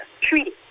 treaty